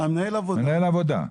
מנהל העבודה,